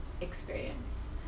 experience